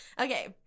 Okay